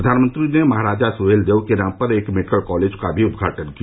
प्रधानमंत्री ने महाराजा सुहेलदेव के नाम पर एक मेडिकल कॉलेज का भी उद्घाटन किया